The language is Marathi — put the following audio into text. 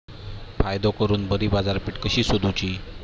फायदो करून बरी बाजारपेठ कशी सोदुची?